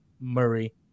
murray